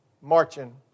marching